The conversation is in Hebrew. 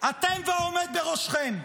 אתם והעומד בראשכם.